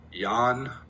Jan